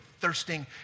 thirsting